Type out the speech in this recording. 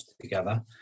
together